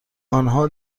آنها